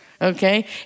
Okay